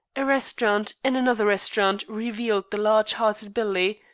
a restaurant, and another restaurant, revealed the large-hearted billy,